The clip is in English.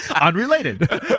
Unrelated